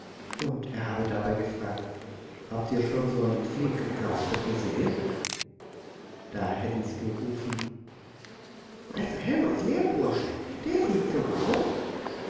und er habe dabei gefragt habt ihr schon so einen flinken kasper gesehen da hätten sie gerufen meister helmers lehrbursche sieht gerade so aus